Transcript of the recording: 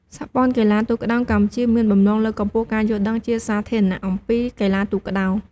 សហព័ន្ធកីឡាទូកក្ដោងកម្ពុជាមានបំណងលើកកម្ពស់ការយល់ដឹងជាសាធារណៈអំពីកីឡាទូកក្ដោង។